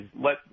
let